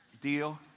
deal